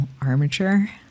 armature